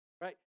Right